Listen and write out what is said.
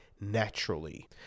naturally